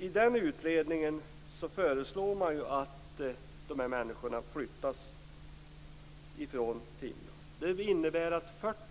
I utredningen föreslår man att människor flyttas, vilket innebär att